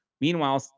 Meanwhile